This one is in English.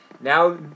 Now